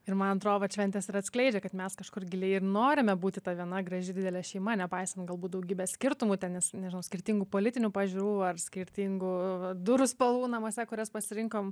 ir man atrodo vat šventės ir atskleidžia kad mes kažkur giliai ir norime būti ta viena graži didelė šeima nepaisant galbūt daugybės skirtumų ten nes nežinau skirtingų politinių pažiūrų ar skirtingų durų spalvų namuose kurias pasirinkom